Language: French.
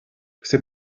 c’est